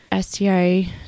STI